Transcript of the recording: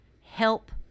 help